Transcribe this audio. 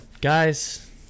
Guys